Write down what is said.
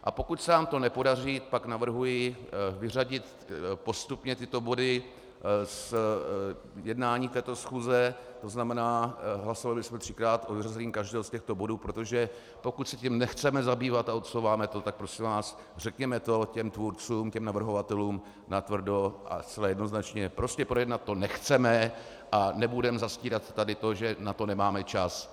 A pokud se nám to nepodaří, pak navrhuji vyřadit postupně tyto body z jednání této schůze, tzn. hlasovali bychom třikrát o vyřazení každého z těchto bodů, protože pokud se tím nechceme zabývat a odsouváme to, tak prosím vás, řekněme to těm tvůrcům, těm navrhovatelům natvrdo a zcela jednoznačně: prostě projednat to nechceme a nebudeme zastírat tady to, že na to nemáme čas.